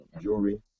jewelry